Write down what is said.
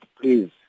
please